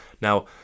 Now